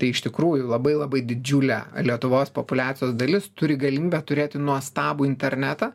tai iš tikrųjų labai labai didžiulė lietuvos populiacijos dalis turi galimybę turėti nuostabų internetą